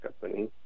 company